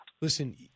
Listen